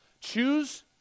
Choose